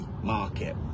market